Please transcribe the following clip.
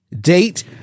Date